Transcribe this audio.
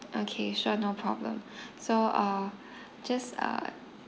okay sure no problem so uh just uh